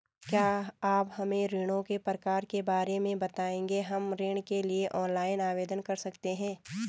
क्या आप हमें ऋणों के प्रकार के बारे में बताएँगे हम ऋण के लिए ऑनलाइन आवेदन कर सकते हैं?